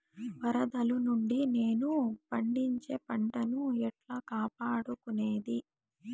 వరదలు నుండి నేను పండించే పంట ను ఎట్లా కాపాడుకునేది?